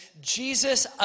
Jesus